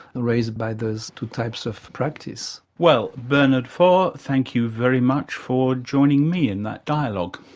raised by those two types of practice. well, bernard faure, thank you very much for joining me in that dialogue.